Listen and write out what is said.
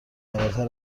فراتر